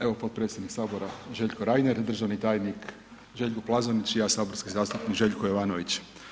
Evo potpredsjednik Željko Reiner, državni tajnik Željko Plazonić i ja saborski zastupnik Željko Jovanović.